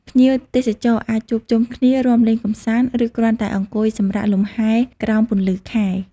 ភ្ញៀវទេសចរអាចជួបជុំគ្នា រាំលេងកម្សាន្ត ឬគ្រាន់តែអង្គុយសម្រាកលំហែក្រោមពន្លឺខែ។